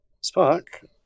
Spark